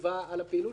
על הפעילות שלה,